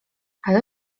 ale